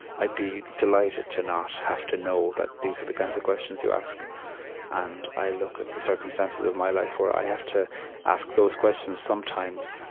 i'd be delighted to not have to know that these are the kinds of questions you ask and i look at the circumstances of my life where i have to ask those questions sometimes,